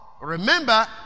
Remember